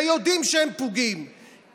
ויודעים שהם פוגעים,